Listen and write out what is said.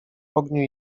ogniu